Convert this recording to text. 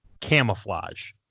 camouflage